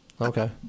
okay